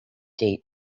date